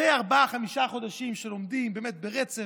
אחרי ארבעה-חמישה חודשים שלומדים באמת ברצף,